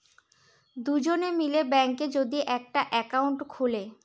দুজন মিলে ব্যাঙ্কে যদি একটা একাউন্ট খুলে